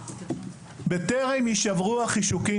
בטרם ישברו החישוקים,